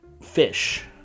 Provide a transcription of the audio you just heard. fish